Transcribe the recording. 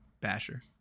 Basher